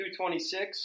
.226